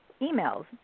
emails